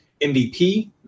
MVP